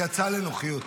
היא יצאה לנוחיות.